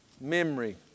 memory